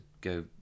go